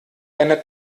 deiner